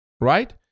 right